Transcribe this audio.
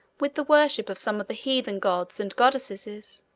with the worship of some of the heathen gods and goddesses.